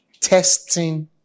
testing